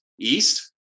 East